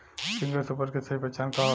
Single super के सही पहचान का होला?